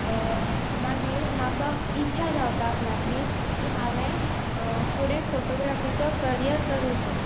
मागीर म्हाका इच्छा जावपाक लागली की हांवें फुडें फोटोग्राफीचो करियर करुसो